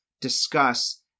discuss